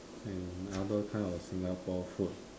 and other kind of Singapore food